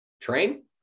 Train